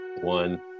one